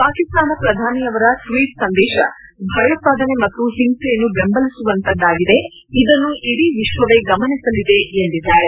ಪಾಕಿಸ್ತಾನ ಪ್ರಧಾನಿಯವರ ಟ್ವೀಟ್ ಸಂದೇಶ ಭಯೋತ್ವಾದನೆ ಮತ್ತು ಹಿಂಸೆಯನ್ನು ಬೆಂಬಲಿಸುವಂತದ್ದಾಗಿದೆ ಇದನ್ನು ಇಡೀ ವಿಶ್ವವೇ ಗಮನಿಸಲಿದೆ ಎಂದಿದ್ದಾರೆ